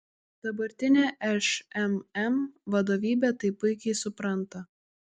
dabartinė šmm vadovybė tai puikiai supranta